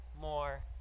more